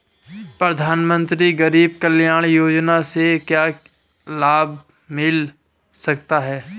प्रधानमंत्री गरीब कल्याण योजना से क्या लाभ मिल सकता है?